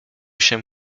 się